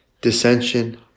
dissension